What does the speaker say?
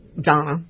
Donna